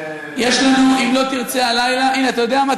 יש לנו, אם לא תרצה הלילה, אתה יודע מה?